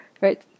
right